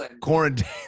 quarantine